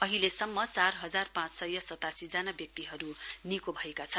अहिलेसम्म चार हजार पाँचसय सतासी जना व्यक्तिहरू निको भएका छन्